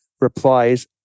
replies